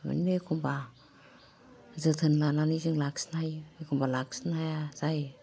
मोनो एखमबा जोथोन लानानै जों लाखिनो हायो एखमबा लाखिनो हाया जायो